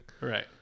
right